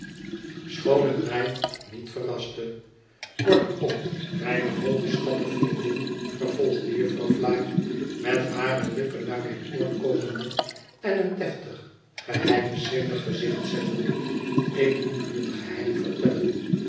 schoon het mij niet verraste kortom mijne hooggeschatte vriendin vervolgde jufvrouw flite met hare lippen naar mijn oor komende en een deftig geheimzinnig gezicht zettende ik moet u een geheim vertellen